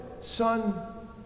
son